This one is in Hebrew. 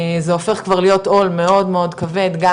זה הופך כבר להיות עול מאוד מאוד כבדגם